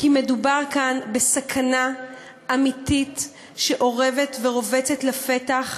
כי מדובר כאן בסכנה אמיתית שאורבת ורובצת לפתח.